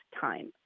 time